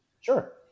Sure